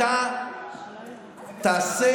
אתה תעשה,